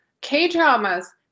K-dramas